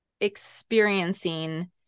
experiencing